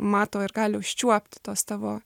mato ir gali užčiuopti tuos tavo